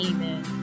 Amen